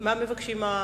מה מבקשים המציעים?